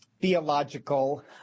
theological